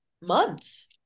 months